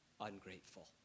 ungrateful